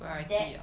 that